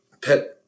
pet